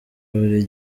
buri